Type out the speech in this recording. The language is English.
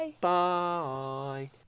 Bye